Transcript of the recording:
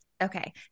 Okay